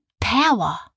power